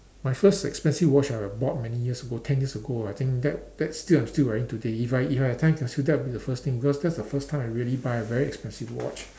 my first expensive watch I bought many years ago ten years ago I think that that's still I'm still wearing today if I if I have time capsule that will be the first thing because that's the first time I really buy a very expensive watch